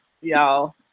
y'all